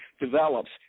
develops